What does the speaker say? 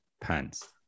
pants